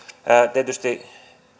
tietysti